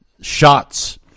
shots